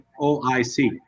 OIC